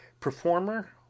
performer